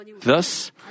Thus